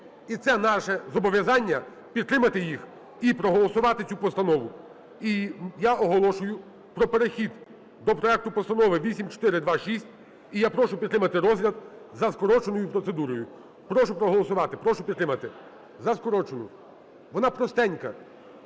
і це наше зобов'язання - підтримати їх і проголосувати цю постанову. І я оголошую про перехід до проекту постанови 8426, і я прошу підтримати розгляд за скороченою процедурою. Прошу проголосувати, прошу підтримати, за скорочену, вона простенька,